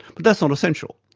but that's not essential.